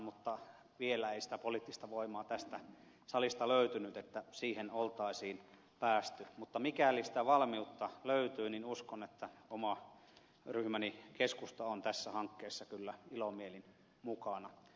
mutta vielä ei tästä salista löytynyt sitä poliittista voimaa että siihen olisi päästy mutta mikäli sitä valmiutta löytyy niin uskon että oma ryhmäni keskusta on tässä hankkeessa kyllä ilomielin mukana